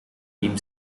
team